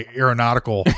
aeronautical